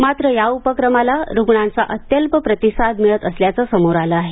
मात्र या उपक्रमाला रुग्णांचा अत्यल्प प्रतिसाद मिळत असल्याचं समोर आलं आहे